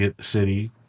City